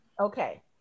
Okay